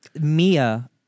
Mia